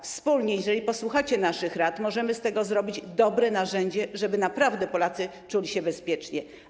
Wspólnie, jeżeli posłuchacie naszych rad, możemy z tego zrobić dobre narzędzie, żeby naprawdę Polacy czuli się bezpiecznie.